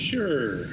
Sure